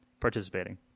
participating